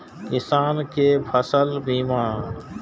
किसान कै फसल बीमा?